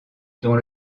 dont